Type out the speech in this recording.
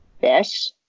fish